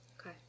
Okay